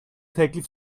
teklif